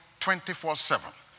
24-7